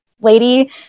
lady